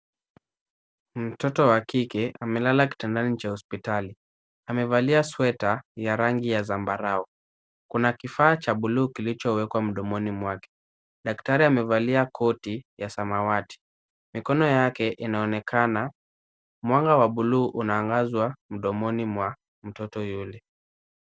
Mtoto wa kike amelala kitandani cha hospitali amevalia sweta ya rangi ya sambarau kuna kifaa cha bulu kilichowekwa mdomoni mwake daktari amevalia koti ya samawati mikono yake inaonekana, mwanga wa bulu unaangaza mdomoni mwa mtoto yule